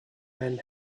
men